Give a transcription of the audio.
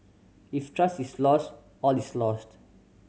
if trust is lost all is lost